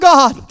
God